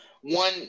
One